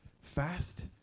fast